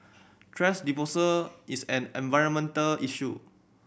thrash disposal is an environmental issue